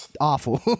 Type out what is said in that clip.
awful